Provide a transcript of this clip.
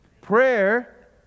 prayer